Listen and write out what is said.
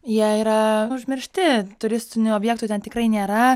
jie yra užmiršti turistinių objektų ten tikrai nėra